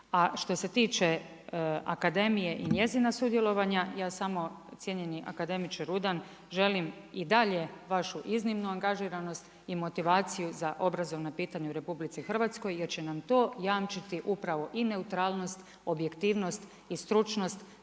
A što se tiče Akademije i njezina sudjelovanja, ja samo cijenjeni akademiče Rudan želim i dalje vašu iznimnu angažiranost i motivaciju za obrazovna pitanja u RH jer će nam to jamčiti upravo i neutralnost, objektivnost i stručnost